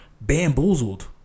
Bamboozled